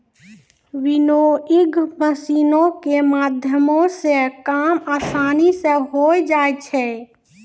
winnowing मशीनो के माध्यमो से काम असानी से होय जाय छै